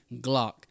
Glock